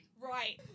Right